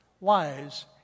lies